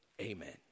amen